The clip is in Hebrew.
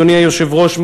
אדוני היושב-ראש,